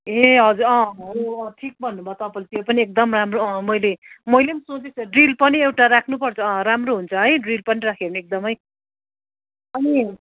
ए हजुर अँ हजुर अँ ठिक भन्नुभयो तपाईँले त्यो पनि एकदम राम्रो अँ मैले मैले पनि सोचेको थिएँ ड्रिल पनि एउटा राख्नुपर्छ अँ राम्रो हुन्छ है ड्रिल पनि राख्यो भने एकदमै अनि